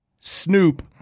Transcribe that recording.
Snoop